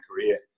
career